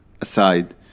aside